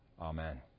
Amen